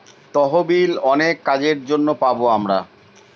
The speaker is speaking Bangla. তহবিল অনেক কাজের জন্য পাবো আমরা